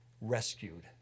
rescued